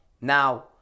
now